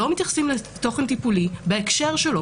הם לא מתייחסים לתוכן טיפולי בהקשר שלו,